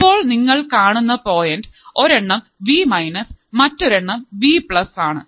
ഇപ്പോൾ നിങ്ങൾ കാണുന്ന പോയിൻറ് ഒരെണ്ണം വി മൈനസ് മറ്റൊരു എണ്ണം വി പ്ലസ് ആണ്